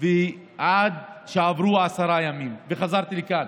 עד שעברו עשרה ימים, וחזרתי לכאן.